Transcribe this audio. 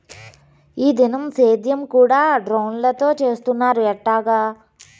ఈ దినం సేద్యం కూడ డ్రోన్లతో చేస్తున్నారు ఎట్టాగా